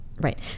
Right